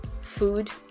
food